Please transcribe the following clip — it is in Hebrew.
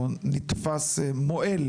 או נתפס מועל